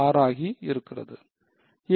56 ஆகி இருக்கிறது